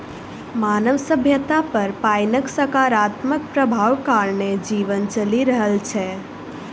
मानव सभ्यता पर पाइनक सकारात्मक प्रभाव कारणेँ जीवन चलि रहल छै